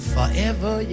Forever